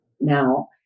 now